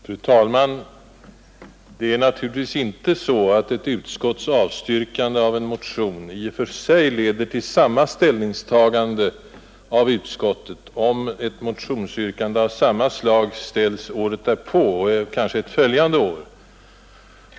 Fru talman! Det är naturligtvis inte så att ett utskotts avstyrkande av en motion i och för sig leder till samma ställningstagande av utskottet, om ett motionsyrkande av samma innehåll ställs året därpå och kanske ett följande år.